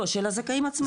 לא, של הזכאים עצמם.